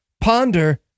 ponder